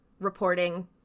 reporting